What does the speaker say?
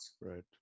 right